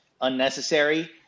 unnecessary